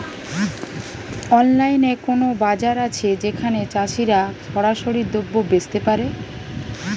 অনলাইনে কোনো বাজার আছে যেখানে চাষিরা সরাসরি দ্রব্য বেচতে পারে?